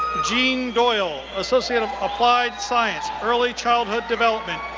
jeanne doyle, associate of applied science, early childhood development,